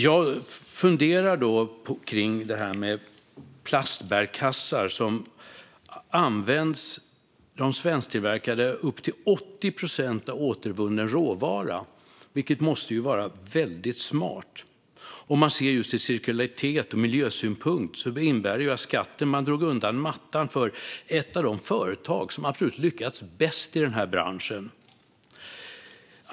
Jag funderar kring detta med plastbärkassar. I de svensktillverkade används upp till 80 procent återvunnen råvara, vilket måste vara väldigt smart sett till cirkularitet och ur miljösynpunkt. Skatten innebar att man drog undan mattan för ett av de företag som lyckats absolut bäst i denna bransch.